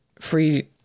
free